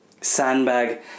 sandbag